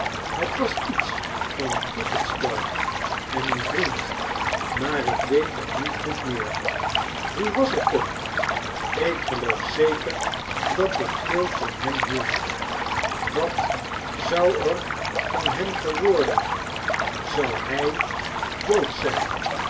het was iets van een cricketspel en een vriend maar ik weet het niet goed meer wie was het toch ik geloof zeker dat ik veel van hem meld wat zou er van hem geworden zou hij dood zijn